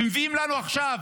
ומביאים לנו עכשיו,